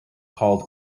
called